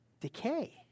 decay